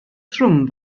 trwm